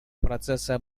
процесса